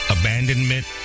abandonment